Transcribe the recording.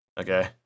Okay